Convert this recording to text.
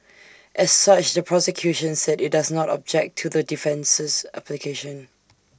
as such the prosecution said IT does not object to the defences application